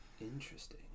Interesting